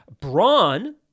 Braun